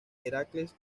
heracles